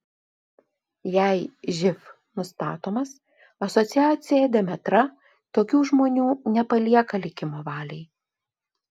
jei živ nustatomas asociacija demetra tokių žmonių nepalieka likimo valiai